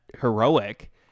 heroic